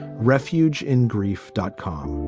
refuge in grief, dot com.